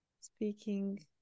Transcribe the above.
speaking